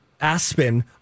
aspen